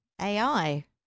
AI